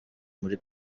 muri